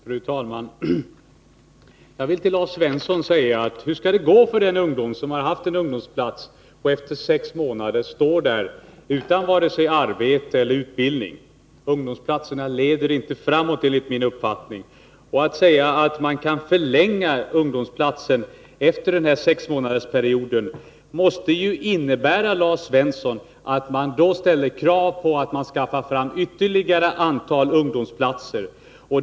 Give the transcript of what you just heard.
Fru talman! Jag vill fråga Lars Svensson: Hur skall det gå för den ungdom som har haft en ungdomsplats och efter sex månader står där utan både arbete och utbildning? Ungdomplatserna leder enligt min uppfattning inte framåt. Att säga att man kan förlänga undomsplatsen efter en sexmånadersperiod måste ju innebära, Lars Svensson, att man då ställer krav på att det skaffas fram ytterligare ungdomplatser.